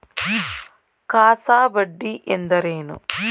CASA ಬಡ್ಡಿ ಎಂದರೇನು?